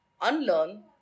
unlearn